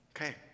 Okay